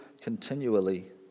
continually